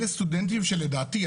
אלה סטודנטים שלדעתי,